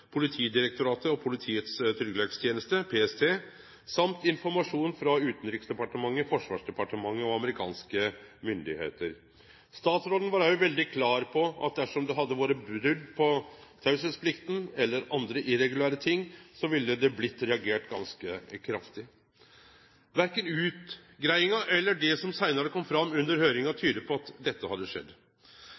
Politidirektoratet og Politiets tryggingsteneste, PST, og informasjon frå Utanriksdepartementet, Forsvarsdepartementet og amerikanske myndigheiter. Statsråden var òg veldig klar på at dersom det hadde vore brot på teieplikta eller andre irregulære ting, ville det blitt reagert ganske kraftig. Verken utgreiinga eller det som seinare kom fram under høyringa, tyder på at dette hadde skjedd.